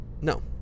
No